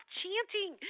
chanting